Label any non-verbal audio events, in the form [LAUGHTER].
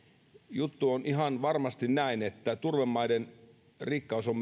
juttu on ihan varmasti näin että turvemaiden rikkaus on [UNINTELLIGIBLE]